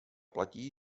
platí